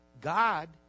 God